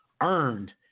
earned